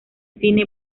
cine